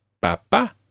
papa